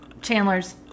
chandler's